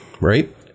right